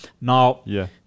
Now